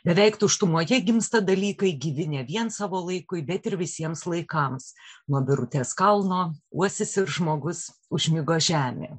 beveik tuštumoje gimsta dalykai gyvi ne vien savo laikui bet ir visiems laikams nuo birutės kalno uosis ir žmogus užmigo žemė